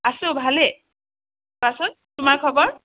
আছো ভালেই কোৱাচোন তোমাৰ খবৰ